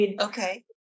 Okay